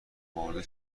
مرده